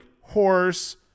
horse